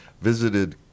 visited